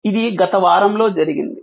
ఇది గత వారంలో జరిగింది